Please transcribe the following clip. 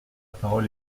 parole